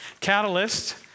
Catalyst